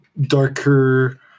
darker